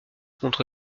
contre